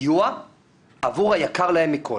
סיוע עבור היקר להם מכול,